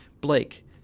Blake